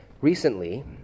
Recently